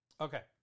Okay